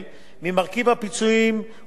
או בידי מוטב של עמית שנפטר,